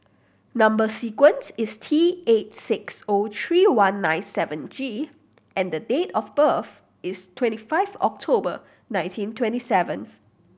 number sequence is T eight six O three one nine seven G and the date of birth is twenty five October nineteen twenty seven